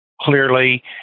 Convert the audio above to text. clearly